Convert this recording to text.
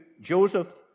Joseph